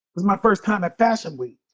was my first time at fashion week.